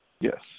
Yes